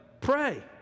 pray